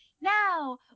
now